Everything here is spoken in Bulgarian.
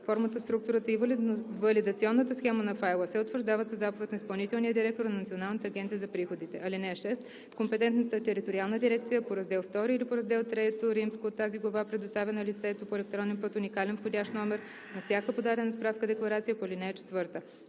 Формата, структурата и валидационната схема на файла се утвърждават със заповед на изпълнителния директор на Националната агенция за приходите. (6) Компетентната териториална дирекция по раздел II или по Раздел III от тази глава предоставя на лицето по електронен път уникален входящ номер на всяка подадена справка-декларация по ал. 4.